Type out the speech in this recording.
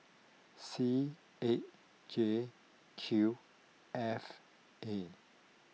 C eight J Q F A